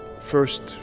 first